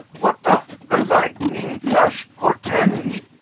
what doth the lightning-flash portend?